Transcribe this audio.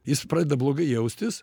jis pradeda blogai jaustis